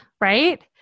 right